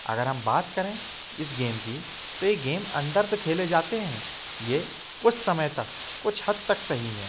अगर हम बात करें इस गेम की तो ये गेम अंदर तो खेले जाते हैं ये कुछ समय तक कुछ हद तक सही हैं